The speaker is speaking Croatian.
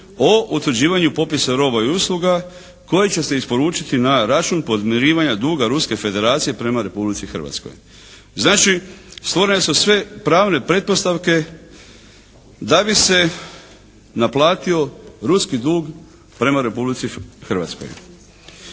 o utvrđivanju popisa roba i usluga koje će se isporučiti na račun podmirivanja duga Ruske federacije prema Republici Hrvatskoj. Znači stvorene su sve pravne pretpostavke da bi se naplatio ruski dug prema Republici Hrvatskoj.